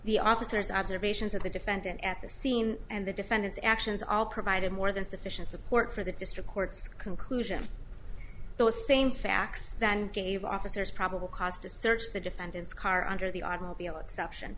the officers observations of the defendant at the scene and the defendant's actions all provided more than sufficient support for the district court's conclusion those same facts then gave officers probable cause to search the defendant's car under the automobile exception